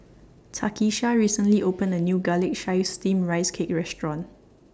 Takisha recently opened A New Garlic Chives Steamed Rice Cake Restaurant